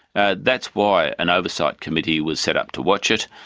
ah that's why an oversight committee was set up to watch it,